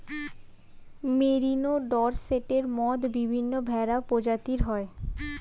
merino, ডর্সেটের মত বিভিন্ন ভেড়া প্রজাতি হয়